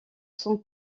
son